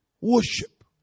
worship